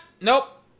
Nope